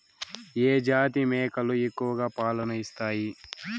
ఏ జాతి మేకలు ఎక్కువ పాలను ఇస్తాయి?